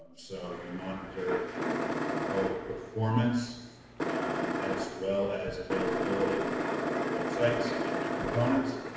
so we monitor both performance as well as availability of your websites and their components.